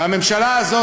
והממשלה הזאת,